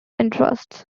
interests